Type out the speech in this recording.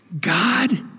God